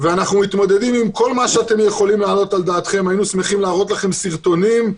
מתמודדים איתם, ואני אעצור כאן.